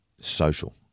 social